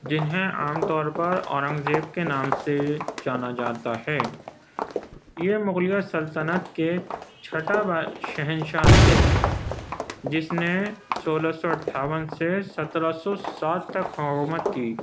جنہیں عام طور پر آرنگ زیب کے نام سے جانا جاتا ہے یہ مغلیہ سلطنت کے چھٹّا شہنشاہ تھے جس نے سولہ سو اٹھاون سے سترہ سو سات تک حکومت کی